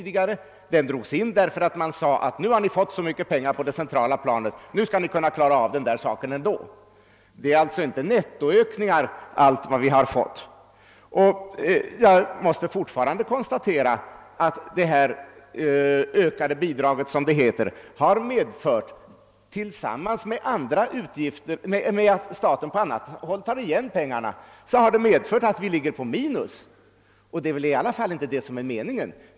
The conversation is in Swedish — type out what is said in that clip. Detta drogs in med motiveringen: »Nu har ni fått så mycket pengar på det centrala planet att ni skall kunna klara av den saken ändå.» Allt vad vi har fått är alltså inte nettoökningar. Jag måste fortfarande konstatera att det ökade bidraget — som det kallas — tillsammans med att staten på annat håll tar igen pengarna har medfört att vi ligger på minus, och det är väl i alla fall inte meningen.